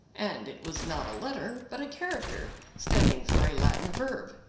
and it was not a letter but a character, standing for a latin verb,